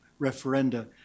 referenda